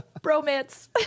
Bromance